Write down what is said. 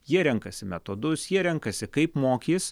jie renkasi metodus jie renkasi kaip mokys